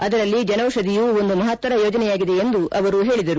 ಅದರಲ್ಲಿ ಜನೌಷಧಿಯು ಒಂದು ಮಪತ್ತರ ಯೋಜನೆಯಾಗಿದೆ ಎಂದು ಅವರು ಹೇಳಿದರು